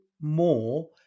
more